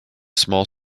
small